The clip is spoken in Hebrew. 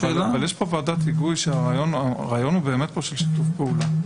יש כאן ועדת היגוי שהרעיון הוא באמת של שיתוף פעולה.